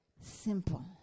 simple